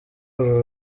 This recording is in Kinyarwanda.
uru